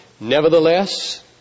Nevertheless